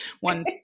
one